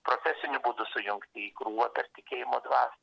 profesiniu būdu sujungti į krūvą per tikėjimo dvasią